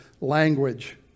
language